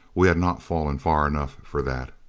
we had not fallen far enough for that.